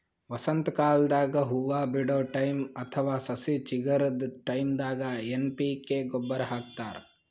ವಸಂತಕಾಲದಾಗ್ ಹೂವಾ ಬಿಡೋ ಟೈಮ್ ಅಥವಾ ಸಸಿ ಚಿಗರದ್ ಟೈಂದಾಗ್ ಎನ್ ಪಿ ಕೆ ಗೊಬ್ಬರ್ ಹಾಕ್ತಾರ್